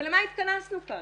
ולמה התכנסנו כאן?